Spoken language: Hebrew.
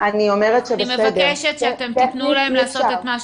אז אני מבקשת שתתנו להם לעשות את מה שצריך.